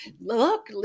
look